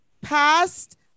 past